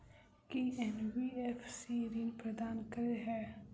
की NBFC ऋण प्रदान करे है?